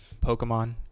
Pokemon